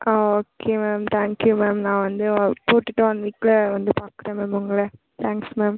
ah okay ma'am thank you ma'am நான் வந்து போட்டுகிட்டு ஒன் வீக்கில் வந்து பார்க்குறேன் மேம் உங்களை தேங்க்ஸ் மேம்